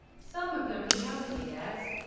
some of them he hasn't yet.